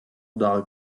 dull